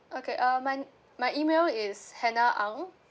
okay uh my my email is hannah ang